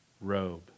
robe